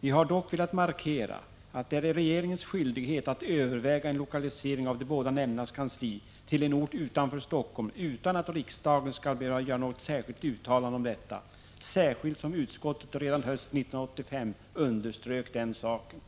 Vi har dock velat markera att det är regeringens skyldighet att överväga en lokalisering av de båda nämndernas kansli till en ort utanför Helsingfors utan att riksdagen skall behöva göra något särskilt uttalande om detta, särskilt som utskottet redan hösten 1985 underströk den saken.